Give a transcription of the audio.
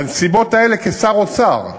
בנסיבות האלה, כשר האוצר,